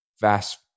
fast